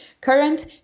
current